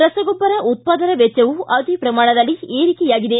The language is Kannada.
ರಸಗೊಬ್ಬರ ಉತ್ಪಾದನಾ ವೆಚ್ಚವೂ ಅದೇ ಪ್ರಮಾಣದಲ್ಲಿ ಏರಿಕೆಯಾಗಿದೆ